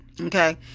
okay